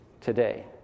today